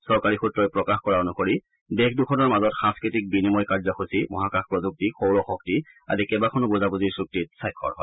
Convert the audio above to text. চৰকাৰী সূত্ৰই প্ৰকাশ কৰা অনুসৰি দেশ দুখনৰ মাজত সাংস্কৃতিক বিনিময় কাৰ্যসূচী মহাকাশ প্ৰযুক্তি সৌৰশক্তি আদি কেইবাখনো বুজাবুজিৰ চুক্তিত স্বাক্ষৰ হয়